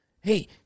Hey